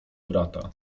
brata